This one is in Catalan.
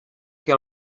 que